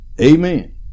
amen